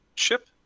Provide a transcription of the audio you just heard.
ship